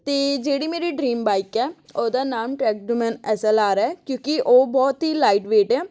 ਅਤੇ ਜਿਹੜੀ ਮੇਰੀ ਡਰੀਮ ਬਾਈਕ ਹੈ ਉਹਦਾ ਨਾਮ tracked man S L R ਹੈ ਕਿਉਂਕਿ ਉਹ ਬਹੁਤ ਹੀ ਲਾਈਟ ਵੇਟ ਹੈ